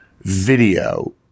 video